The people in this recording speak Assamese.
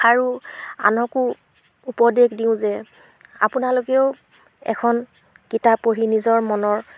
আৰু আনকো উপদেশ দিওঁ যে আপোনালোকেও এখন কিতাপ পঢ়ি নিজৰ মনৰ